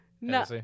No